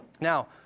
Now